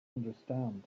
understand